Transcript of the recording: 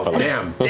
but damn,